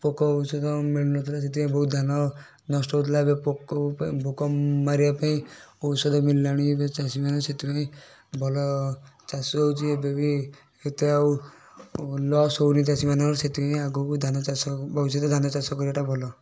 ପୋକ ଔଷଧ ମିଳୁନଥିଲା ସେଇଥିପାଇଁ ବହୁତ ଧାନ ନଷ୍ଟ ହେଉଥିଲା ଏବେ ପୋକ ଉପାୟ ପୋକ ମାରିବା ପାଇଁ ଔଷଧ ମିଳିଲାଣି ଏବେ ଚାଷୀମାନେ ସେଇଥିପାଇଁ ଭଲ ଚାଷ ହେଉଛି ଏବେ ବି ଏତେ ଆଉ ଲସ୍ ହେଉନି ଚାଷୀମାନଙ୍କର ସେଥିପାଇଁ ଆଗକୁ ଧାନ ଚାଷ ଭବିଷ୍ୟତରେ ଧାନ ଚାଷ କରିବାଟା ଭଲ